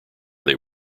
they